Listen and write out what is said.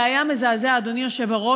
זה היה מזעזע, אדוני היושב-ראש.